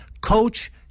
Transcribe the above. coach